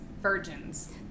virgins